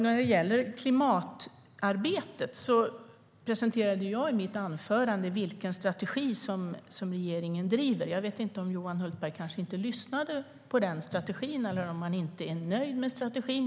När det gäller klimatarbetet presenterade jag i mitt anförande den strategi som regeringen driver. Johan Hultberg kanske inte lyssnade eller är kanske inte nöjd med strategin.